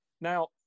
Now